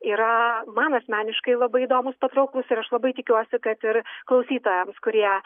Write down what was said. yra man asmeniškai labai įdomūs patrauklūs ir aš labai tikiuosi kad ir klausytojams kurie